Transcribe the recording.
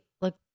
look